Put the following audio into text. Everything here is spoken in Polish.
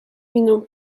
miną